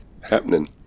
happening